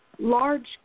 Large